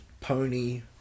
pony